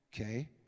Okay